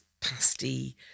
pasty